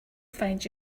find